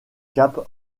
cap